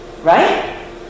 Right